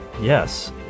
Yes